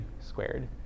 squared